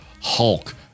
hulk